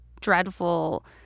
dreadful